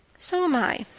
so am i.